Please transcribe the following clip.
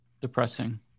Depressing